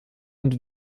und